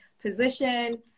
position